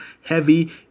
heavy